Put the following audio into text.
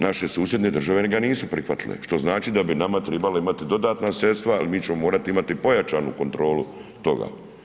Naše susjedne države ga nisu prihvatile što znači da bi nama tribalo imati dodatna sredstva jer mi ćemo morati imati pojačanu kontrolu toga.